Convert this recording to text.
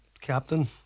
captain